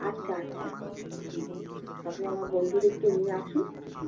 আচ্ছা আচ্ছা হুম আপনি আমার বন্ধুদেরকে নিয়ে আসুন হুম